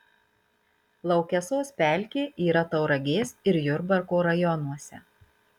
laukesos pelkė yra tauragės ir jurbarko rajonuose